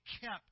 kept